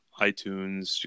iTunes